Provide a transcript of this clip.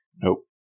Nope